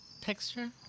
texture